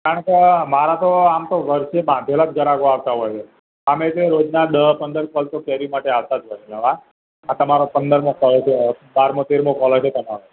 કારણ કે મારે તો આમ તો વર્ષે બાંધેલા જ ઘરાકો આવતા હોય છે આમે રોજનાં દસ પંદર કૉલ તો કેરી માટે આવતા જ હોય છે નવા આ તમારો પંદરમો કૉલ છે બારમો તેરમો કૉલ હશે તમારો